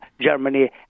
Germany